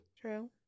True